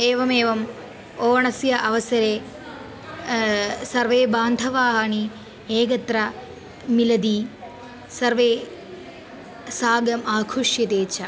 एवमेवम् ओणस्य अवसरे सर्वे बान्धवाः एकत्र मिलति सर्वे साकम् आकृष्यते च